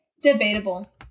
Debatable